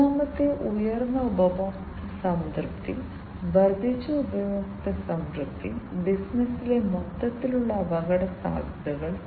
അനുയോജ്യമായ നിയന്ത്രണ സിഗ്നലുകൾ അയച്ചുകൊണ്ട് സിപിയു നിയന്ത്രിക്കാനും സാധിക്കും